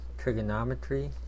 trigonometry